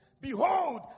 behold